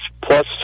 plus